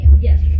Yes